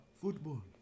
Football